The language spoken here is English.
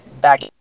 back